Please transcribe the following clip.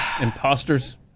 imposters